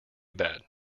bad